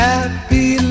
happy